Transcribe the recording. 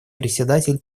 председатель